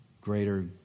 greater